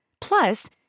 Plus